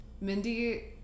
Mindy